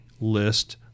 list